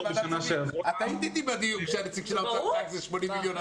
את היית איתי בדיון כשהנציג של האוצר אמר שזה 80 מיליון,